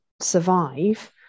survive